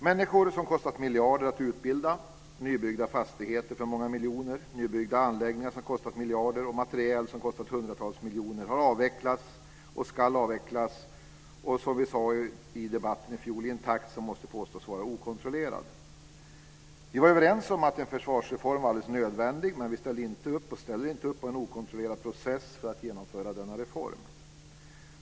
Människor som kostat miljarder att utbilda, nybyggda fastigheter för många miljoner, nybyggda anläggningar som kostat miljarder och materiel som kostat hundratals miljoner har avvecklats och ska avvecklas. Det ska ske, som vi sade i försvarsdebatten i fjol, i den takt som måste påstås vara okontrollerad. Vi var överens om att en försvarsreform var alldeles nödvändig, men vi ställde inte och ställer inte upp på en okontrollerad process för att genomföra denna reform.